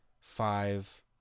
five